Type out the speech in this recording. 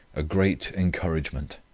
a great encouragement.